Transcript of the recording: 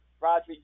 Roger